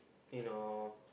you know